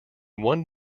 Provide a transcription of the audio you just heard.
one